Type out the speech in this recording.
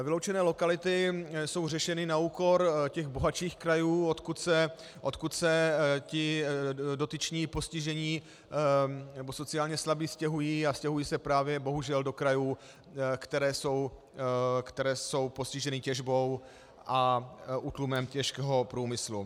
Vyloučené lokality jsou řešeny na úkor těch bohatších krajů, odkud se ti dotyční postižení, nebo sociálně slabí stěhují, a stěhují se právě bohužel do krajů, které jsou postiženy těžbou a útlumem těžkého průmyslu.